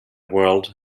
world